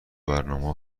برنامه